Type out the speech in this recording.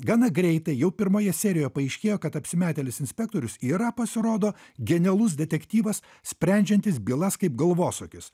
gana greitai jau pirmoje serijoje paaiškėjo kad apsimetėlis inspektorius yra pasirodo genialus detektyvas sprendžiantis bylas kaip galvosūkius